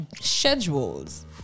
schedules